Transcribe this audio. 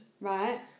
Right